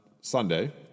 Sunday